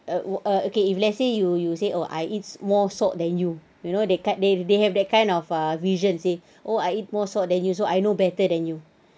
err o~ err okay if let's say you you say I eat more salt than you you know that kind they they have that kind of ah visions you see oh I eat more salt than you so I know better than you